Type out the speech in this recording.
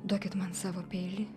duokit man savo peilį